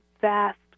vast